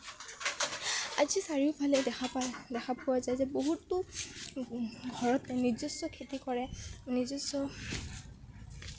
আজি চাৰিওফালে দেখা পোৱা দেখা পোৱা যায় যে বহুতো ঘৰতে নিজস্ব খেতি কৰে নিজস্ব